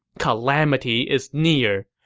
calamity is near.